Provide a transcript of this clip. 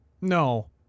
No